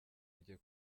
kujya